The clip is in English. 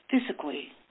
physically